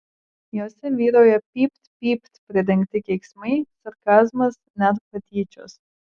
jose vyrauja pypt pypt pridengti keiksmai sarkazmas net patyčios